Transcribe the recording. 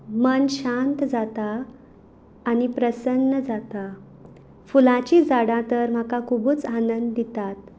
मन शांत जाता आनी प्रसन्न जाता फुलांचीं झाडां तर म्हाका खुबूच आनंद दितात